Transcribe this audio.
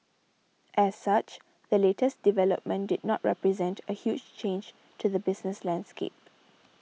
as such the latest development did not represent a huge change to the business landscape